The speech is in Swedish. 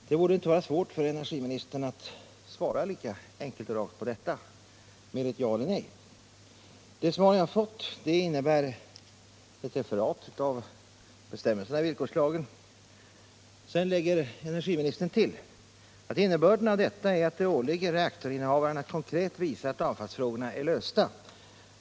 Det borde inte vara svårt för energiministern att svara enkelt och rakt på detta, med ett ja eller ett nej. Det svar jag har fått är ett referat av bestämmelserna i villkorslagen. Sedan lägger energiministern till följande: ”Innebörden av detta är att det åligger reaktorinnehavaren att konkret visa att avfallsfrågorna är lösta.